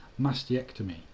mastectomy